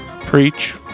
Preach